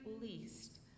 least